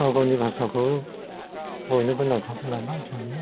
गाव गावनि भासाखौ बयनोबो नांखागौ नालाय जोंनो